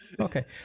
Okay